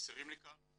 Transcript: שחסרים לי כאן.